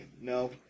no